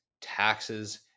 taxes